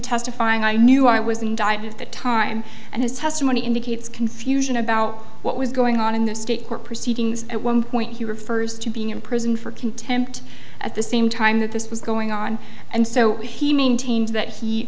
testifying i knew i was indicted of the time and his testimony indicates confusion about what was going on in the state court proceedings at one point he refers to being in prison for contempt at the same time that this was going on and so he maintains that he